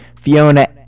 Fiona